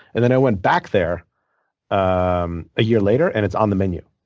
and then, i went back there um a year later, and it's on the menu.